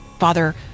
Father